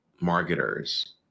marketers